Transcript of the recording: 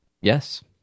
Yes